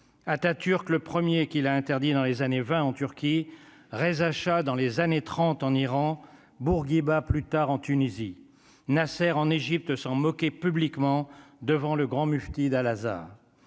Atatürk le 1er qui l'a interdit dans les années 20 en Turquie Reza Shah dans les années 30 en Iran Bourguiba plus tard en Tunisie, Nasser en Égypte s'en moquer publiquement devant le grand mufti d'Al-Azhar